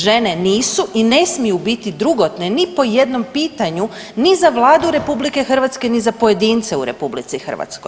Žene nisu i ne smiju biti drugotne ni po jednom pitanju ni za Vladu RH, ni za pojedince u RH.